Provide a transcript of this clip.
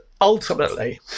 Ultimately